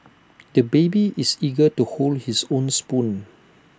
the baby is eager to hold his own spoon